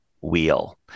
wheel